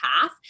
path